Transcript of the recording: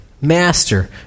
Master